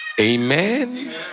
Amen